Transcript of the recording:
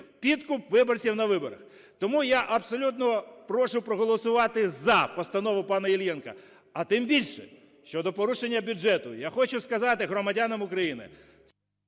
підкуп виборців на виборах. Тому я абсолютно прошу проголосувати за постанову пана Іллєнка, а тим більше щодо порушення бюджету, я хочу сказати громадянам України…